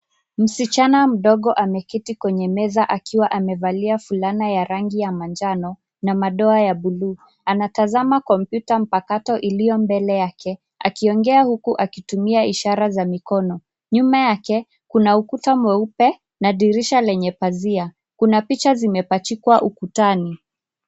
Musichana mdogo ameketi kwenye meza akiwa amevalia fulana ya rangi ya manjano na madoa ya bluu, anatazama kompyuta mpakato ilio mbele yake, akiongea huku akitumia ishara za mikono, nyuma yake kuna ukuta mweupe na dirisha lenye pazia, kuna picha zimepachikwa ukutani.